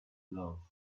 love